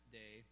day